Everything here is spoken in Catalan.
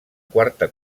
quarta